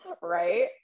right